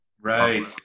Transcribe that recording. Right